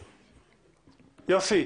יוסי,